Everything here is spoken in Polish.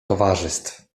towarzystw